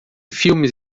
filmes